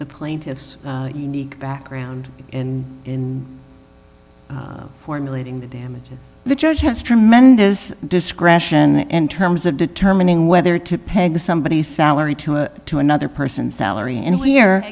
the plaintiff's unique background in formulating the damages the judge has tremendous discretion in terms of determining whether to peg somebody's salary to a to another person's salary and here